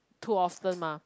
too often mah